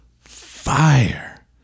fire